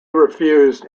refused